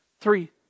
Three